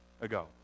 ago